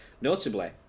Notably